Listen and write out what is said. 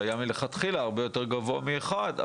שהיה מלכתחילה הרבה יותר גבוה מאחד,